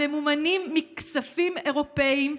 הממומנים מכספים אירופיים,